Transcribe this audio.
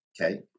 okay